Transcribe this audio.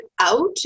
out